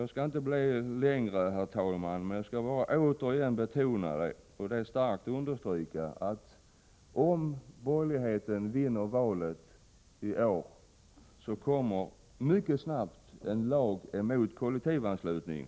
Jag skall inte tala längre, herr talman, men jag vill återigen betona och understryka att om borgerligheten vinner valet i år så kommer mycket snabbt en lag emot kollektivanslutning.